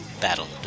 Battle